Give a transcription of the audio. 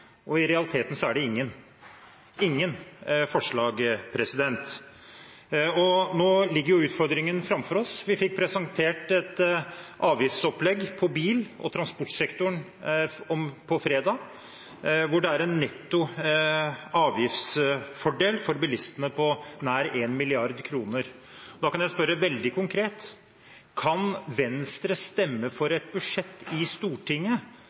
og i realiteten er det ingen forslag. Nå ligger jo utfordringen framfor oss. Vi fikk presentert et avgiftsopplegg for bil- og transportsektoren på fredag, hvor det er en netto avgiftsfordel for bilistene på nær 1 mrd. kr. Da kan jeg spørre veldig konkret: Kan Venstre stemme for et budsjett i Stortinget